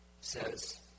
says